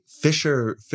fisher